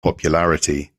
popularity